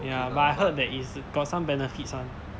ya but I heard that is got some benefits [one]